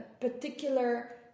particular